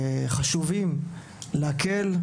מהלכים חשובים כדי להקל,